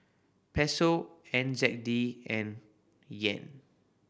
Peso N Z D and Yen